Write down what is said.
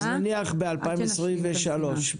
נניח בשנת 2023,